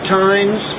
times